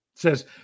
says